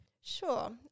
Sure